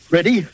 Ready